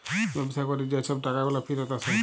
ব্যবসা ক্যরে যে ছব টাকাগুলা ফিরত আসে